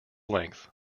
length